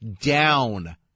down